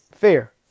Fair